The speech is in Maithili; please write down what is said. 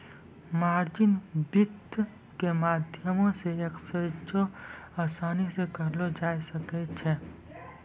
मार्जिन वित्त के माध्यमो से एक्सचेंजो असानी से करलो जाय सकै छै